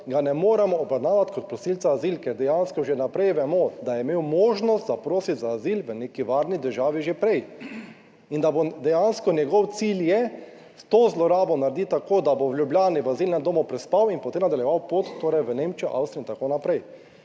ga ne moremo obravnavati kot prosilec azil, ker dejansko že vnaprej vemo, da je imel možnost zaprositi za azil v neki varni državi že prej in da bo dejansko njegov cilj je s to zlorabo narediti tako, da bo v Ljubljani v azilnem domu prespal in potem nadaljeval pot, torej v Nemčijo, Avstrijo in tako naprej.